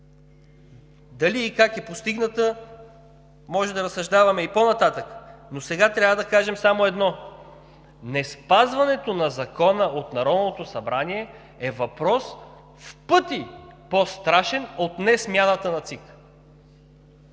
Дали и как е постигната, може да разсъждаваме и по-нататък, но сега трябва да кажем само едно: неспазването на закона от Народното събрание е въпрос в пъти по-страшен от несмяната на